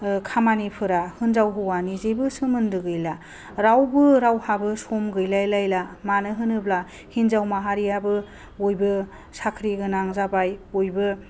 खामानिफोरा हिनजाव हौवानि जेबो सोमोन्दो गैला रावबो रावहाबो सम गैलाय लायला मानो होनोब्ला हिनजाव माहारियाबो बयबो साख्रि गोनां जाबाय बयबो